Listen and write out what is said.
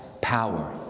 power